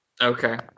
Okay